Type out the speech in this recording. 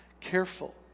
careful